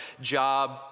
job